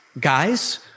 guys